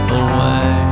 away